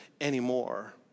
anymore